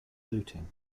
looting